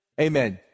Amen